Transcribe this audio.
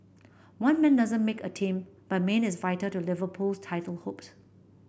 one man doesn't make a team but Mane is vital to Liverpool's title hopes